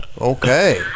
Okay